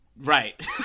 right